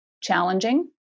challenging